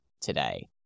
today